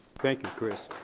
thank you, chris.